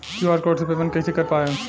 QR code से payment कईसे कर पाएम?